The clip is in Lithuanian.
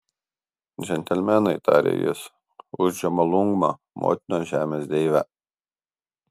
džentelmenai tarė jis už džomolungmą motinos žemės deivę